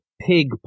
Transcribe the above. pig